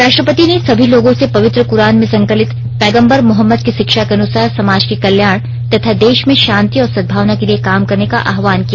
राष्ट्रपति ने सभी लोगों से पवित्र क्रान में संकलित पैगम्बर मोहम्मद की शिक्षा के अनुसार समाज के कल्याण तथा देश में शांति और सद्भावना के लिए काम करने का आहवान किया